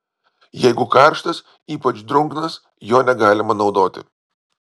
jeigu karštas ypač drungnas jo negalima naudoti